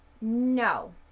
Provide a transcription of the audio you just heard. No